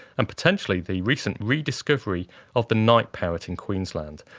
and potentially the recent rediscovery of the night parrot in queensland,